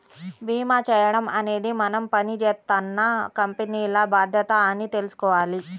భీమా చేయించడం అనేది మనం పని జేత్తున్న కంపెనీల బాధ్యత అని తెలుసుకోవాల